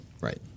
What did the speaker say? right